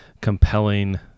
compelling